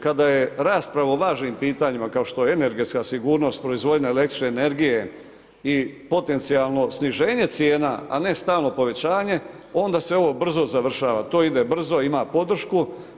Kada je rasprava o važnim pitanjima kao što je energetska sigurnost, proizvodnja električne energije i potencijalno sniženje cijena, a ne stalno povećanje onda se ovo brzo završava, to ide brzo, ima podršku.